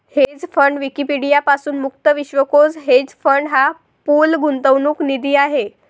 hedge fund Wikipedia पासून मुक्त विश्वकोश हेज फंड हा पूल गुंतवणूक निधी आहे